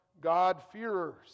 God-fearers